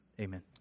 amen